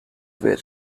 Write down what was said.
were